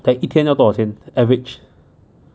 如果你 top up 少你就要常一点 top up lor